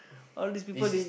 all this people they